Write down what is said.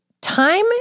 time